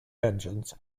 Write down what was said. engines